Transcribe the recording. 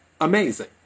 amazing